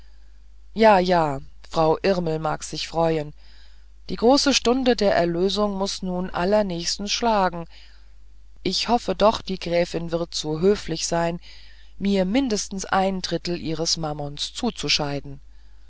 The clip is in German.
ja ja frau irmel mag sich freuen die große stunde der erlösung muß nun allernächstens schlagen ich hoffe doch die gräfin wird so höflich sein mir mindestens ein dritteil ihres mammons zuzuscheiden